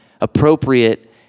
appropriate